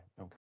Okay